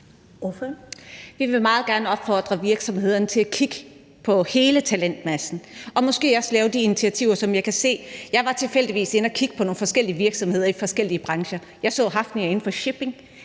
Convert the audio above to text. Vi vil meget gerne opfordre virksomhederne til at kigge på hele talentmassen og måske også lave de initiativer, som jeg kan se. Jeg var tilfældigvis inde at kigge på nogle forskellige virksomheder i forskellige brancher, og jeg så, at Hafnia inden for shipping